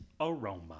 aroma